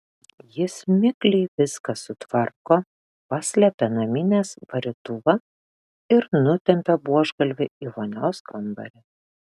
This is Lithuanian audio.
jis mikliai viską sutvarko paslepia naminės varytuvą ir nutempia buožgalvį į vonios kambarį